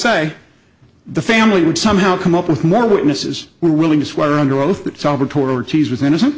say the family would somehow come up with more witnesses were willing to swear under oath that salvatore cheese was innocent